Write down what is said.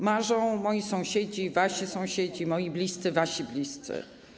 Marzą moi sąsiedzi, wasi sąsiedzi, moi bliscy, wasi bliscy.